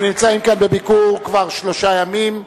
הם נמצאים כאן בביקור כבר שלושה ימים,